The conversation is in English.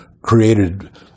created